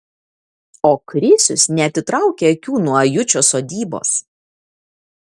o krisius neatitraukia akių nuo ajučio sodybos